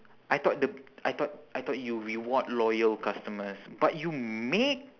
I thought the I thought I thought you reward loyal customers but you make